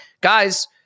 Guys